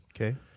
Okay